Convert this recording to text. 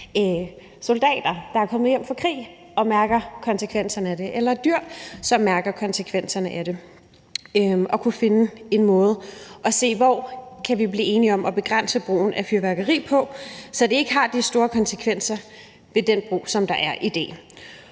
soldater, der er kommet hjem fra krig, mærker konsekvenserne af det, eller at dyr mærker konsekvenserne af det. Måske kan vi blive enige om at finde en måde at begrænse brugen af fyrværkeri på, så det ikke har de store konsekvenser som den måde, det bliver brugt